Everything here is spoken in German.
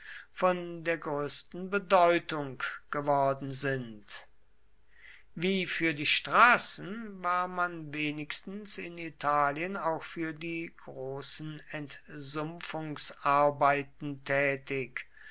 von der größten bedeutung geworden sind wie für die straßen war man wenigstens in italien auch für die großen entsumpfungsarbeiten tätig